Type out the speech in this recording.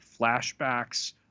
flashbacks